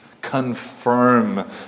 confirm